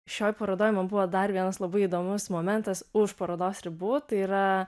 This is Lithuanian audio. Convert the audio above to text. šioj parodoj man buvo dar vienas labai įdomus momentas už parodos ribų tai yra